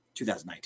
2019